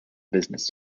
business